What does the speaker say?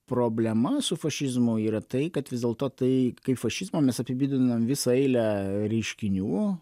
problema su fašizmu yra tai kad vis dėlto tai kaip fašizmą mes apibūdiname visą eilę reiškinių